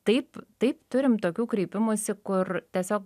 taip taip turim tokių kreipimųsi kur tiesiog